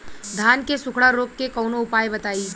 धान के सुखड़ा रोग के कौनोउपाय बताई?